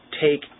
take